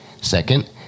Second